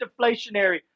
deflationary